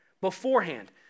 beforehand